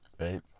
right